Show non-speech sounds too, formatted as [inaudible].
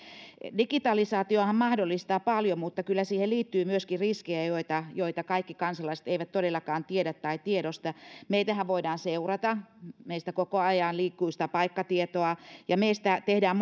digitalisaatiohan mahdollistaa paljon mutta kyllä siihen liittyy myöskin riskejä joita joita kaikki kansalaiset eivät todellakaan tiedä tai tiedosta meitähän voidaan seurata meistä koko ajan liikkuu sitä paikkatietoa ja meistä tehdään [unintelligible]